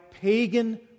pagan